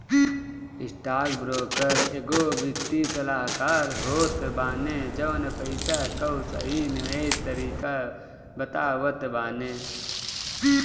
stockbroker एगो वित्तीय सलाहकार होत बाने जवन पईसा कअ सही निवेश तरीका बतावत बाने